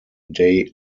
day